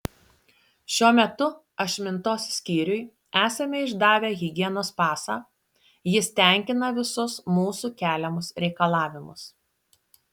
šiuo metu ašmintos skyriui esame išdavę higienos pasą jis tenkina visus mūsų keliamus reikalavimus